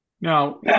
Now